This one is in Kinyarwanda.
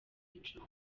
icumi